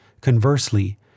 Conversely